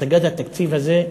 הצגת התקציב הזה,